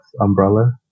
umbrella